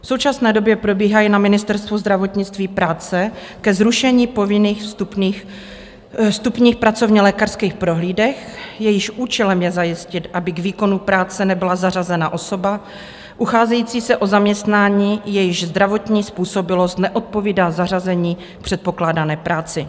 V současné době probíhají na Ministerstvu zdravotnictví práce ke zrušení povinných vstupních pracovnělékařských prohlídek, jejichž účelem je zajistit, aby k výkonu práce nebyla zařazena osoba ucházející se o zaměstnání, jejíž zdravotní způsobilost neodpovídá zařazení k předpokládané práci.